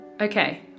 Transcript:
okay